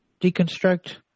deconstruct